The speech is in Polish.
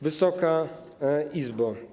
Wysoka Izbo!